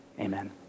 Amen